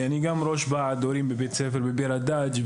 אני גם ראש ועד הורים בבית הספר בביר הדאג׳.